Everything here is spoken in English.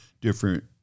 different